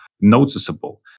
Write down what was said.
noticeable